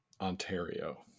Ontario